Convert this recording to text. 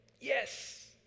Yes